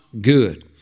good